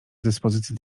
dyspozycji